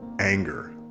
Anger